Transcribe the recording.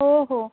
हो हो